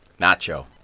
Nacho